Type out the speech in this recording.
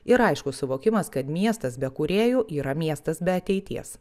ir aiškus suvokimas kad miestas be kūrėjų yra miestas be ateities